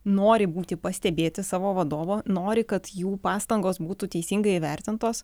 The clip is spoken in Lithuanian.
nori būti pastebėti savo vadovo nori kad jų pastangos būtų teisingai įvertintos